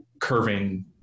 curving